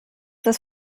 das